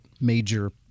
major